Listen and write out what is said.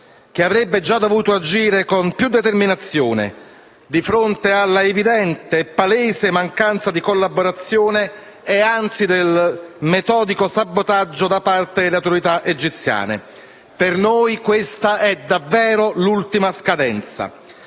che avrebbe già dovuto agire con più determinazione di fronte alla evidente e palese mancanza di collaborazione, e anzi del metodico sabotaggio da parte delle autorità egiziane. Per noi questa è davvero l'ultima scadenza.